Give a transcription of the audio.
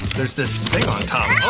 there's this thing on top.